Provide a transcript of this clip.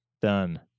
Done